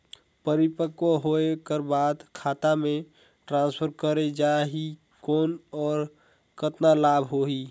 परिपक्व होय कर बाद खाता मे ट्रांसफर करे जा ही कौन और कतना लाभ होही?